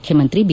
ಮುಖ್ಯಮಂತ್ರಿ ಬಿ